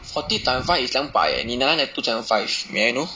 forty times five is 两百 eh 你哪里来 two seven five may I know